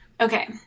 Okay